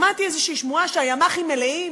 שמעתי איזושהי שמועה שהימ"חים מלאים